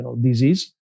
disease